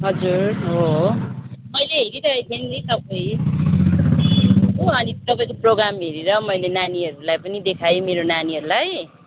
हजुर हो हो मैले हेरिरहेको थिएँ नि तपाईँको अनि तपाईँको प्रोग्राम हेरेर मैले नानीहरूलाई पनि देखाएँ मेरो नानीहरूलाई